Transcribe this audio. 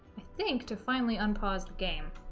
think to finally unpause the game